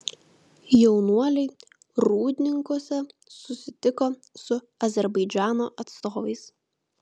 jaunuoliai rūdninkuose susitiko su azerbaidžano atstovais